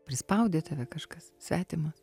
prispaudė tave kažkas svetimas